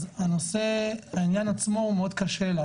אז העניין עצמו הוא מאוד קשה לה,